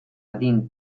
adin